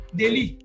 daily